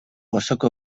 osoko